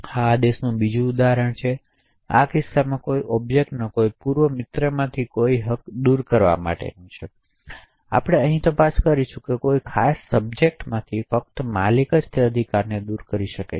આ આદેશનું બીજું ઉદાહરણ છે કે જે આ કિસ્સામાં કોઈ ખાસ ઑબ્જેક્ટમાંથી કોઈ પૂર્વ મિત્રમાંથી કોઈ હક દૂર કરવા માટે છે તેથી આપણે અહીં તપાસ કરીશું કે કોઈ ખાસ સબજેક્ટમાંથી ફક્ત માલિક જ તે અધિકારને દૂર કરી શકે છે